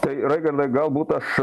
tai raigardai galbūt aš